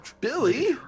Billy